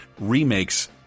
remakes